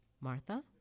Martha